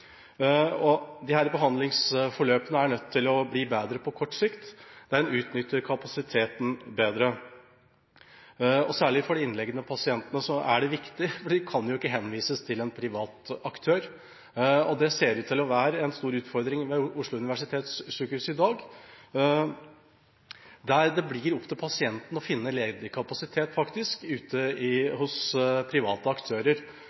for de innlagte pasientene er det viktig, for de kan jo ikke henvises til en privat aktør. Det ser ut til å være en stor utfordring ved Oslo universitetssykehus i dag, der det faktisk er opp til pasienten å finne ledig kapasitet ute blant private aktører. Når man faktisk